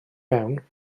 mewn